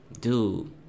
Dude